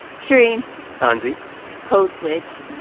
shereen hansi code switch